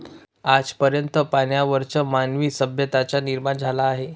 आज पर्यंत पाण्यावरच मानवी सभ्यतांचा निर्माण झाला आहे